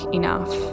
enough